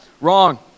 Wrong